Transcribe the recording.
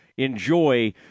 Enjoy